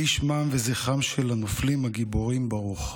יהי שמם וזכרם של הנופלים הגיבורים ברוך.